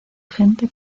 gente